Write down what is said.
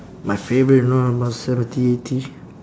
my favourite know about seventy eighty